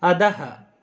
अधः